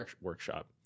workshop